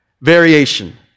variation